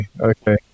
okay